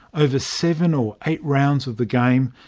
over seven or eight rounds of the game,